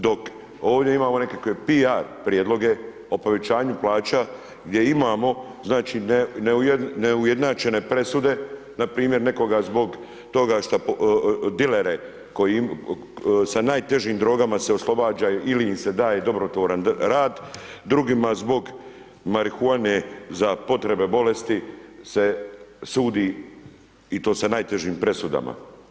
Dok ovdje imamo nekakve PR prijedloge o povećanju plaća gdje imamo znači neujednačene presude, npr. nekoga zbog toga što, dilere koji, sa najtežim drogama se oslobađa ili im se daje dobrotvoran rad, drugim zbog marihuane za potrebe bolesti se sudi i to sa najtežim presudama.